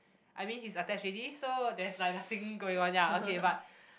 I mean he's attached already so there is like nothing going on ya okay but